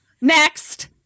next